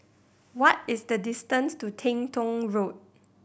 what is the distance to Teng Tong Road